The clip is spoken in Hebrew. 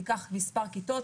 ניקח מספר כיתות,